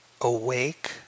awake